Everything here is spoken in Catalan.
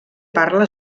parla